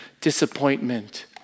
disappointment